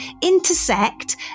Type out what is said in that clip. intersect